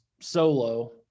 solo